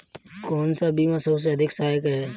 कौन सा बीमा सबसे अधिक सहायक है?